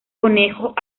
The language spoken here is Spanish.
conejos